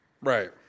Right